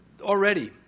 already